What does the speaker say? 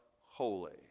holy